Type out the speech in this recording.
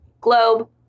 Globe